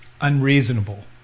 unreasonable